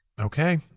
okay